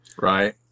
right